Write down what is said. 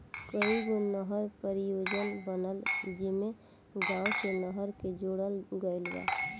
कईगो नहर परियोजना बनल जेइमे गाँव से नहर के जोड़ल गईल बा